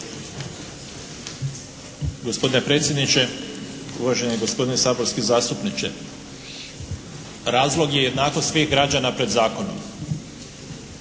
Gospodine predsjedniče, uvaženi gospodine saborski zastupniče! Razlog je jednakost svih građana pred zakonom.